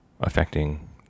affecting